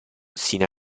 sino